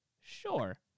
Sure